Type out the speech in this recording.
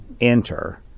Enter